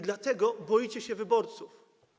Dlatego boicie się wyborców.